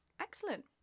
excellent